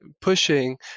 pushing